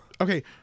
Okay